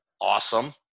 Awesome